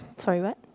sorry what